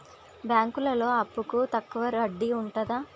బ్యాంకులలో అప్పుకు తక్కువ వడ్డీ ఉంటదా?